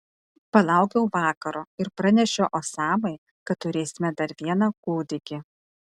palaukiau vakaro ir pranešiau osamai kad turėsime dar vieną kūdikį